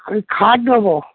আমি খাট নেব